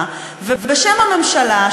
ובשם הממשלה,